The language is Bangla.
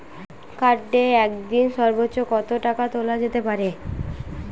কার্ডে একদিনে সর্বোচ্চ কত টাকা তোলা যেতে পারে?